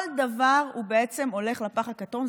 כל דבר בעצם הולך לפח הכתום,